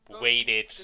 waited